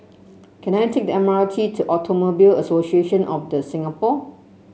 can I take the M R T to Automobile Association of The Singapore